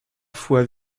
fois